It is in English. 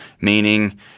meaning